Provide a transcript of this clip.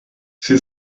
sie